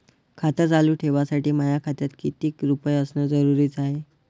खातं चालू ठेवासाठी माया खात्यात कितीक रुपये असनं जरुरीच हाय?